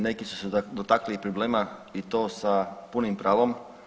Neki su se dotakli i problema i to sa punim pravom.